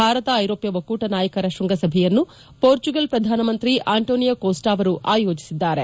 ಭಾರತ ಐರೋಪ್ಯ ಒಕ್ಕೂಟ ನಾಯಕರ ಶೃಂಗಸಭೆಯನ್ನು ಪೋರ್ಚುಗಲ್ ಪ್ರಧಾನಮಂತ್ರಿ ಆಂಟೋನಿಯೋ ಕೋಸ್ವಾ ಅವರು ಆಯೋಜಿಸಿದ್ದಾರೆ